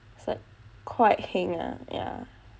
so like quite heng ah